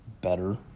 better